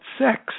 sex